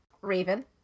raven